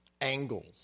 angles